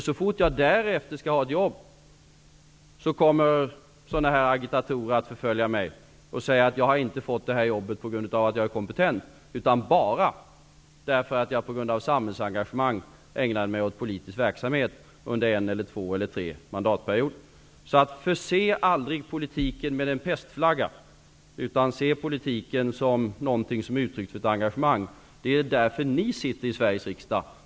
Så fort de därefter vill ha ett jobb, kommer agitatorer att förfölja dem och säga att de inte har fått jobbet tack vare deras kompetens utan bara därför att de med sitt samhällsengagemang har ägnat sig åt politisk verksamhet under en, två eller tre mandatperioder. Förse aldrig politiken med en pestflagga! Se politiken som ett uttryck för engagemang. Det är därför ni sitter i Sveriges riksdag.